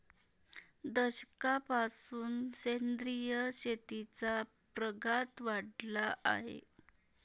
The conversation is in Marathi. दशकापासून सेंद्रिय शेतीचा प्रघात वाढला आहे